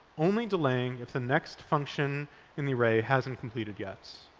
only delaying if the next function in the array hasn't completed yet.